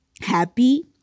happy